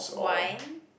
wine